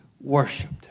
worshipped